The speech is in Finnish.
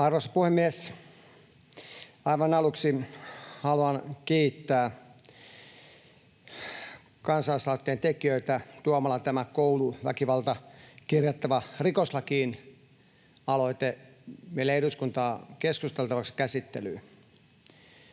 Arvoisa puhemies! Aivan aluksi haluan kiittää kansalaisaloitteen tekijöitä heidän tuotuaan tämän ”Kouluväkivalta kirjattava rikoslakiin” -aloitteen meille eduskuntaan keskusteltavaksi ja käsittelyyn.